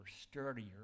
sturdier